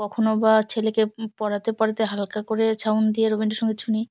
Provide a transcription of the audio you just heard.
কখনও বা ছেলেকে পড়াতে পড়াতে হালকা করে সাউন্ড দিয়ে রবীন্দ্রসঙ্গীত শুনি